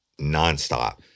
nonstop